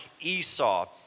Esau